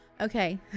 Okay